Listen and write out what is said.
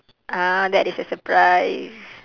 ah that is a surprise